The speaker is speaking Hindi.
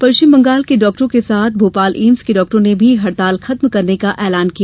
पश्चिम बंगाल के डॉक्टरों के साथ भोपाल एम्स के डाक्टरों ने भी हड़ताल खत्म करने का ऐलान किया